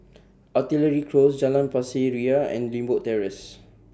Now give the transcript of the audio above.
Artillery Close Jalan Pasir Ria and Limbok Terrace